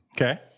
Okay